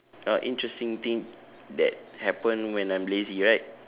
uh interesting thing that happen when I'm lazy right